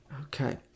Okay